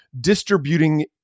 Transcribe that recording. distributing